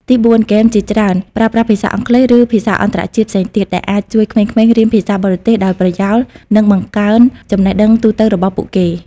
ទីបួន ហ្គេមជាច្រើនប្រើប្រាស់ភាសាអង់គ្លេស ឬភាសាអន្តរជាតិផ្សេងទៀត ដែលអាចជួយក្មេងៗ រៀនភាសាបរទេស ដោយប្រយោល និងបង្កើនចំណេះដឹងទូទៅរបស់ពួកគេ។